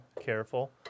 Careful